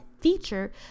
feature